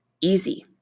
easy